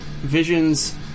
visions